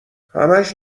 همش